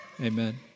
Amen